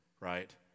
right